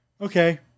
Okay